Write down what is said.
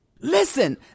Listen